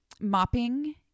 mopping